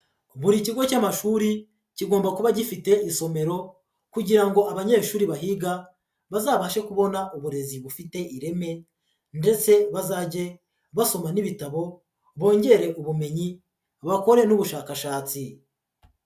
Buri kigo cy'amashuri kigomba kuba gifite isomero kugira ngo abanyeshuri bahiga bazabashe kubona uburezi bufite ireme ndetse bazajye basoma n'ibitabo, bongere ubumenyi, bakore n'ubushakashatsi.